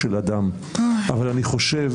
תודה רבה מיכל.